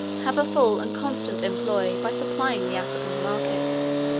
have a full and constant employ by supplying the african markets.